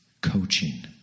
coaching